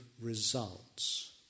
results